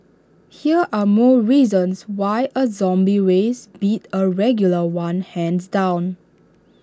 here are more reasons why A zombie race beat A regular one hands down